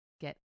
Get